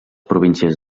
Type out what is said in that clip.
províncies